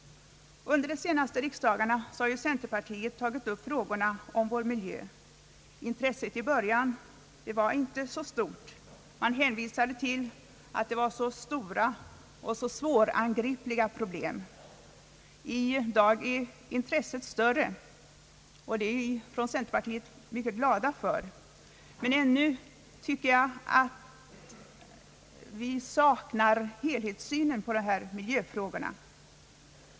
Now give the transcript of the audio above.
Under de senaste riksdagarna har centerpartiet tagit upp frågorna om vår miljö. Intresset härför var i början inte så stort. Man hänvisade till att det var så stora och svårangripliga problem. I dag är intresset större, vilket vi inom centerpartiet är mycket glada för. Jag tycker dock, att vi ännu saknar helhetssynen på miljöfrågorna.